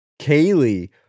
kaylee